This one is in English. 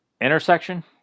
Intersection